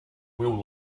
will